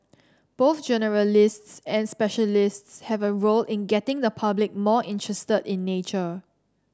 both generalists and specialists have a role in getting the public more interested in nature